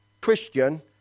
Christian